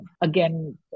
again